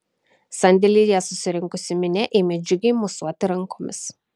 sandėlyje susirinkusi minia ėmė džiugiai mosuoti rankomis